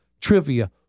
trivia